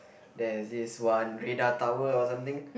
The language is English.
there is this one radar tower or something